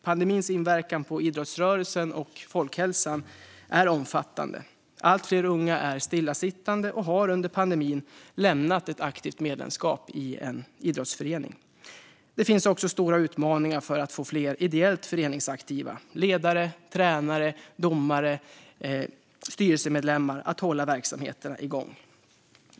Pandemins inverkan på idrottsrörelsen och folkhälsan är omfattande. Allt fler unga är stillasittande och har under pandemin lämnat ett aktivt medlemskap i en idrottsförening. Det finns också stora utmaningar för att få fler ideellt föreningsaktiva ledare, tränare, domare och styrelsemedlemmar att hålla verksamheterna igång.